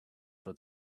for